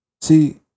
See